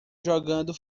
jogando